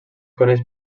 coneix